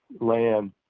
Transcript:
land